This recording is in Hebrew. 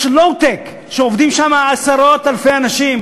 יש low-tech, ועובדים בו עשרות-אלפי אנשים.